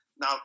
Now